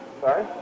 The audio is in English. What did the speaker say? Sorry